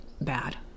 bad